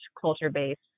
culture-based